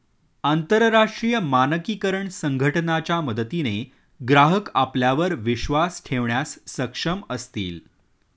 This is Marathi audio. अंतरराष्ट्रीय मानकीकरण संघटना च्या मदतीने ग्राहक आपल्यावर विश्वास ठेवण्यास सक्षम असतील